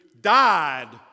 died